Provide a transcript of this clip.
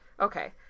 Okay